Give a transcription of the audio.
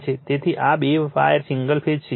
તેથી આ બે વાયર સિંગલ ફેઝ સિસ્ટમ છે